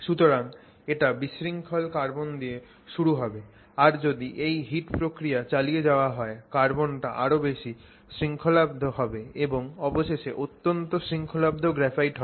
সুতরাং এটা বিশৃঙ্খল কার্বন দিয়ে শুরু হবে আর যদি এই হিট প্রক্রিয়াটা চালিয়ে যাওয়া হয় কার্বন টা আরও বেশি শৃঙ্খলাবদ্ধ হবে এবং অবশেষে অত্যন্ত শৃঙ্খলাবদ্ধ গ্রাফাইট হবে